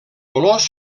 colors